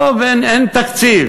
טוב, אין תקציב.